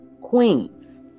queens